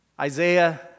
Isaiah